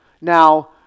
Now